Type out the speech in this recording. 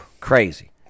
Crazy